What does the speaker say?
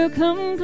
come